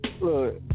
Look